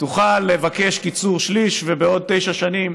תוכל לבקש קיצור שליש, ובעוד תשע שנים